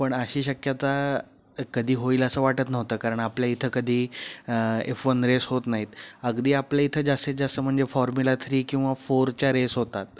पण अशी शक्यता कधी होईल असं वाटत नव्हतं कारण आपल्या इथं कधी एफ वन रेस होत नाहीत अगदी आपल्या इथं जास्तीत जास्त म्हणजे फॉर्मुला थ्री किंवा फोरच्या रेस होतात